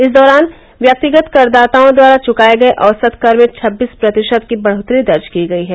इस दौरान व्यक्तिगत करदाताओं द्वारा चुकाये गये औसत कर में छब्बीस प्रतिशत की बढोतरी दर्ज की गयी है